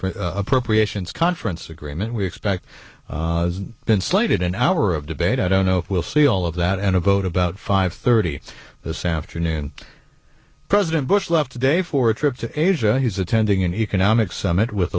for appropriations conference agreement we expect been slated an hour of debate i don't know if we'll see all of that and a vote about five thirty this afternoon and president bush left today for a trip to asia he's attending an economic summit with